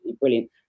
brilliant